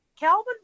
Calvin